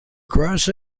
across